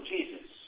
Jesus